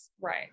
Right